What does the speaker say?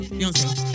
Beyonce